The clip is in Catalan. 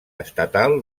estatal